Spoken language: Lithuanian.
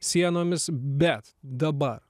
sienomis bet dabar